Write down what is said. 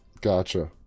Gotcha